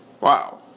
Wow